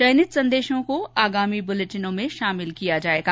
चयनित संदेशों को आगामी बुलेटिनों में शामिल किया जाएगा